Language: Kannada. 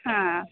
ಹಾಂ